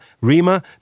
Rima